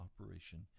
operation